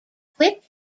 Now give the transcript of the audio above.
quick